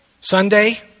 Sunday